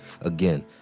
Again